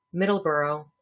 Middleborough